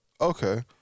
Okay